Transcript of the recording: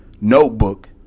notebook